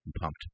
pumped